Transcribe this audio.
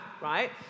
right